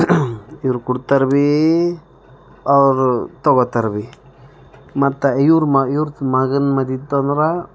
ಇವರು ಕೊಡ್ತಾರೆ ಬಿ ಅವರು ತಗೋತಾರೆ ಬಿ ಮತ್ತೆ ಇವರ ಇವರ ಮಗನ ಮದುವೆ ಇತ್ತಂದರೆ